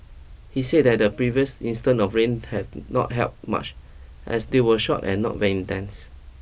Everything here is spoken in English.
he said that the previous instant of rain had not helped much as they were short and not very intense